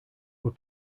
were